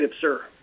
sir